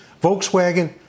volkswagen